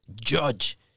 judge